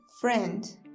friend